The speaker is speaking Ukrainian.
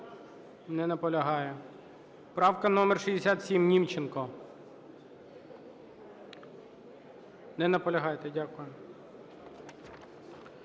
Не наполягає. Правка номер 67, Німченко. Не наполягаєте? Дякую.